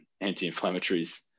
anti-inflammatories